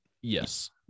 Yes